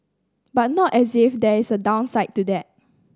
but not as if there is a downside to that